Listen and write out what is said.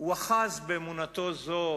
הוא אחז באמונתו זו